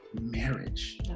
marriage